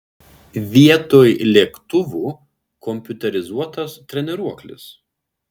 vietoj lėktuvų kompiuterizuotas treniruoklis